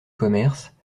commerce